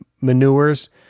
manures